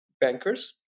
bankers